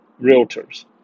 realtors